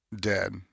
dead